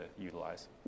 utilize